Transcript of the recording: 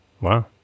Wow